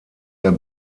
der